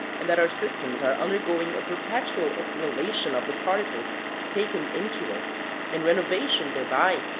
and that our systems are undergoing a perpetual assimilation of the particles taken into us and renovation thereby,